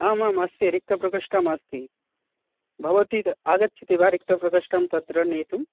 आम् आम् अस्ति रिक्तप्रकोष्ठः अस्ति भवती आगच्छति वा रिक्तप्रकोष्ठं तत्र नेतुं